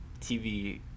TV